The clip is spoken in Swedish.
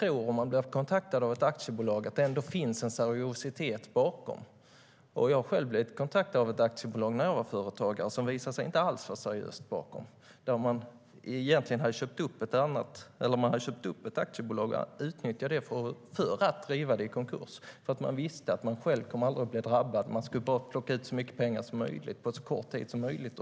Om man blir kontaktad av ett aktiebolag tror man att det ändå finns en seriositet bakom. När jag var företagare blev jag själv kontaktad av ett aktiebolag, och det visade sig att det inte alls var seriöst. Det var ett aktiebolag som man hade köpt upp för att utnyttja det och driva det i konkurs. Man visste nämligen att man själv aldrig skulle drabbas utan skulle bara plocka ut så mycket pengar som möjligt ur detta bolag på så kort tid som möjligt.